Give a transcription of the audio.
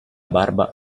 barba